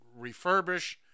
refurbish